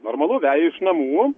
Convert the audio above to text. normalu veja iš namų